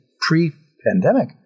pre-pandemic